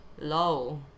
low